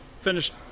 finished